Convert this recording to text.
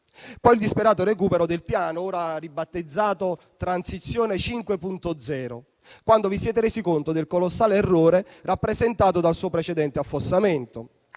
poi, il disperato recupero del piano, ora ribattezzato Transizione 5.0, quando vi siete resi conto del colossale errore rappresentato dal suo precedente affossamento.